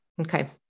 Okay